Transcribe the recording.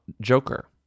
Joker